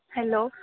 hello